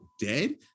dead